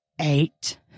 Eight